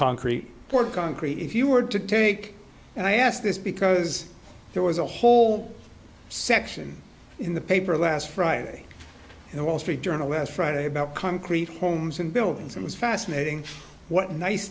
concrete poured concrete if you were to take and i ask this because there was a whole section in the paper last friday in the wall street journal last friday about concrete homes and buildings and it's fascinating